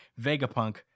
Vegapunk